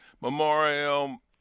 Memorial